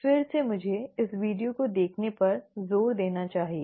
फिर से मुझे इस वीडियो को देखने पर जोर देना चाहिए